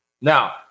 Now